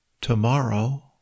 Tomorrow